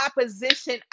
opposition